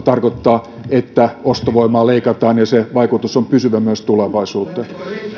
tarkoittaa että ostovoimaa leikataan ja se vaikutus on pysyvä myös tulevaisuuteen